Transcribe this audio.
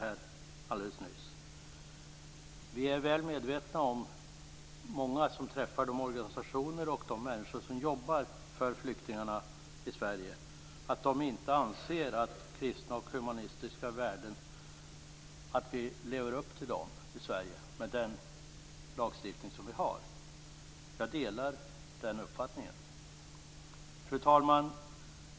Vi många som träffar de humanitära organisationer och de människor som jobbar med flyktingarna i Sverige är väl medvetna om att de inte anser vi lever upp till dessa kristna och humänitära värderingar i Sverige med den lagstiftning vi har. Jag delar den uppfattningen. Fru talman!